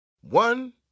One